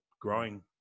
growing